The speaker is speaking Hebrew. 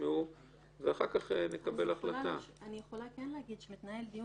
עכשיו לא נמצאה חלופה